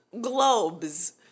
globes